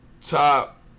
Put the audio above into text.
top